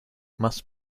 must